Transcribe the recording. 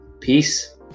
Peace